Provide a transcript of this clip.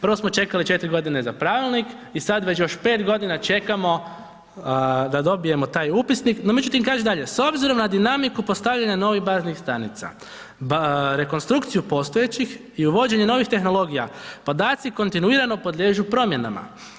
Prvo smo čekali 4 godine za pravilnik i sad već još 5 godina čekamo da dobijemo taj upisnik, no međutim, kaže dalje, s obzirom na dinamiku postavljanja novih baznih stanica, rekonstrukciju postojećih i uvođenja novih tehnologija, podaci kontinuirano podliježu promjenama.